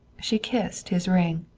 she kissed his ring.